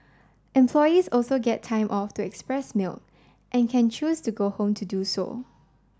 employees also get time off to express milk and can choose to go home to do so